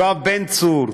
יואב בן צור,